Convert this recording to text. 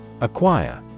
Acquire